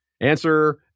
Answer